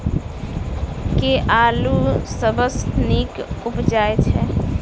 केँ आलु सबसँ नीक उबजय छै?